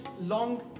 long